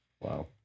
Wow